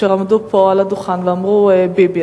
אשר עמדו פה על הדוכן ואמרו "ביבי",